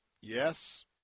yes